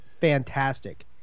fantastic